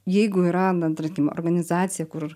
jeigu yra na tarkim organizacija kur